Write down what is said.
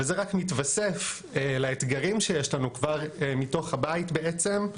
וזה רק מתווסף לאתגרים שיש לנו כבר מתוך הבעית בעצם.